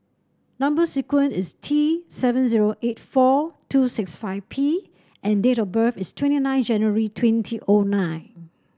number sequence is T seven zero eight four two six five P and date of birth is twenty nine January twenty O nine